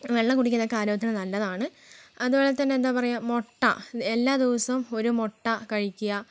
വെള്ളം കുടിക്കുന്നതൊക്കെ ആരോഗ്യത്തിന് നല്ലതാണ് അതുപോലെ തന്നെ എന്താണ് പറയുക മുട്ട എല്ലാ ദിവസവും ഒരു മുട്ട കഴിക്കുക